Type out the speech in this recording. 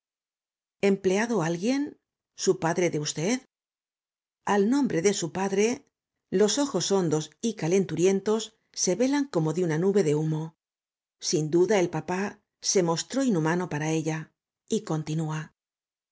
empleado alguien su padre de usted al nombre de su padre los ojos hondos y calenturientos se velan como de una nube de humo sin duda el papá se mostró inhumano para ella y continúa